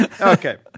Okay